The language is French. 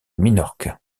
minorque